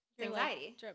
Anxiety